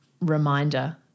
reminder